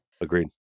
agreed